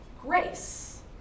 grace